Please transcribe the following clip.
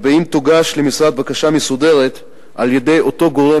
אם תוגש למשרד בקשה מסודרת על-ידי אותו גורם